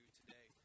today